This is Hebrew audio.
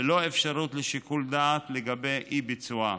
ללא אפשרות לשיקול דעת לגבי אי-ביצועה.